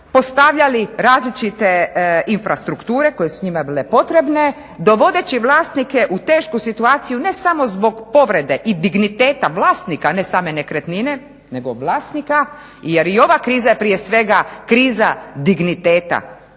postavljali različite infrastrukture koje su njima bile potrebne dovodeći vlasnike u tešku situaciju ne samo zbog povrede i digniteta vlasnika, a ne same nekretnine nego vlasnika, jer i ova kriza je prije svega kriza digniteta